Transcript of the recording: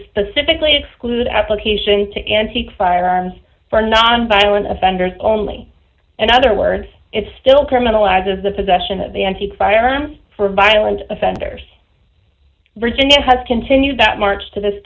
specifically exclude application to antique firearms for nonviolent offenders only and other words it's still criminalizes the possession of the antique firearms for violent offenders virginia has continued that march to this